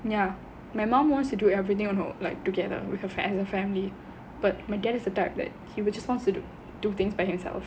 ya my mum wants to do everything you know like together as a family but my dad is the type that he would just wants to do things by himself